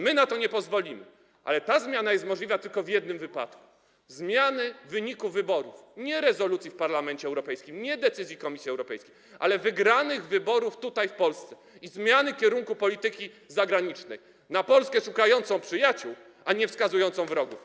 My na to nie pozwolimy, ale ta zmiana jest możliwa tylko w jednym wypadku: zmiany wyniku wyborów; nie rezolucji w Parlamencie Europejskim, nie decyzji Komisji Europejskiej, ale wygranych wyborów tutaj, w Polsce, i zmiany kierunku polityki zagranicznej - na Polskę szukającą przyjaciół, a nie wskazującą wrogów.